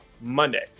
Monday